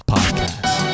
Podcast